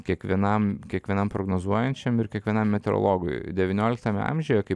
kiekvienam kiekvienam prognozuojančiam ir kiekvienam meteorologui devynioliktame amžiuje kai